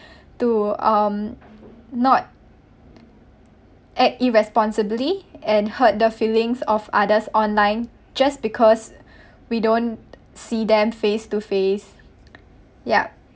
to um not act irresponsibly and hurt the feelings of others online just because we don't see them face-to-face yup